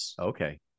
Okay